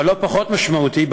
אבל לא פחות משמעותי,